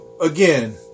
again